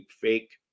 fake